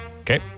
Okay